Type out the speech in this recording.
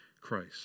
Christ